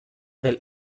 del